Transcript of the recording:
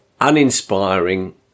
uninspiring